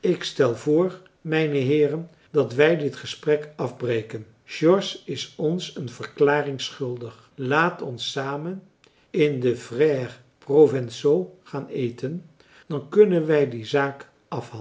ik stel voor mijneheeren dat wij dit gesprek afbreken george is ons een verklaring schuldig laat ons samen in de frères provençaux gaan eten dan kunnen wij die zaak